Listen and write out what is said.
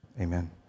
Amen